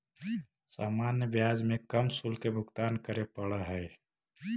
सामान्य ब्याज में कम शुल्क के भुगतान करे पड़ऽ हई